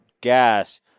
gas